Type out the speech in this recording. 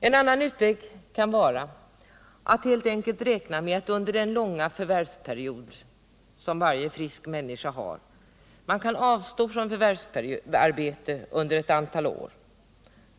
En annan utväg kan vara att helt enkelt räkna med att under den långa förvärvsperiod varje frisk människa har avstå från förvärvsarbete under ett antal år.